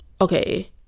okay